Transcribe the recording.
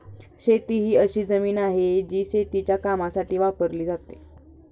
शेती ही अशी जमीन आहे, जी शेतीच्या कामासाठी वापरली जाते